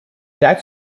that